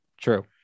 true